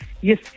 Yes